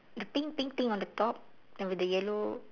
the pink pink thing on the top and with the yellow